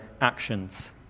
actions